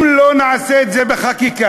אם לא נעשה את זה בחקיקה,